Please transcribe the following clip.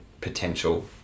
potential